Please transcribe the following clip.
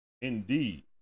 Indeed